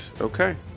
Okay